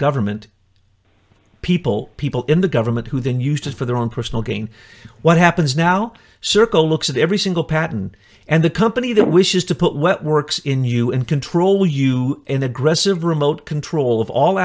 government people people in the government who then used it for their own personal gain what happens now circle looks at every single patent and the company that wishes to put what works in you and control you and aggressive remote control of all